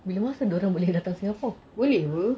bila dia orang boleh masuk singapore